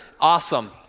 awesome